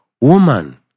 Woman